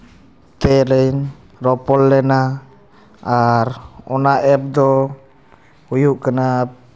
ᱛᱮᱞᱤᱧ ᱨᱚᱯᱚᱲ ᱞᱮᱱᱟ ᱟᱨ ᱚᱱᱟ ᱮᱯ ᱫᱚ ᱦᱩᱭᱩᱜ ᱠᱟᱱᱟ